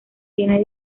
tiene